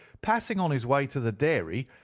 passing on his way to the dairy,